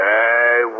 Hey